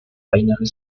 binary